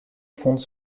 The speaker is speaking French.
fonde